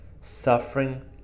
suffering